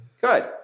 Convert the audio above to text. Good